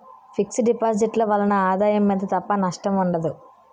fix deposit ల వలన ఆదాయం మీద తప్ప నష్టం ఉండదు